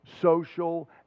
social